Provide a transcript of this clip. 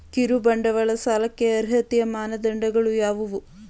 ಕಿರುಬಂಡವಾಳ ಸಾಲಕ್ಕೆ ಅರ್ಹತೆಯ ಮಾನದಂಡಗಳು ಯಾವುವು?